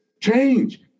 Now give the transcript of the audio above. change